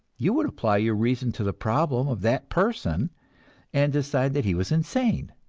you would apply your reason to the problem of that person and decide that he was insane.